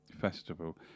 festival